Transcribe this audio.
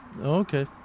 Okay